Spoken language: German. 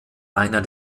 einer